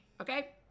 Okay